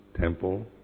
temple